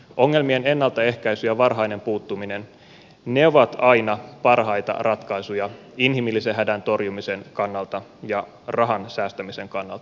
ongelmien ennaltaehkäisy ja varhainen puuttuminen ovat aina parhaita ratkaisuja inhimillisen hädän torjumisen kannalta ja rahan säästämisen kannalta